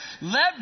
let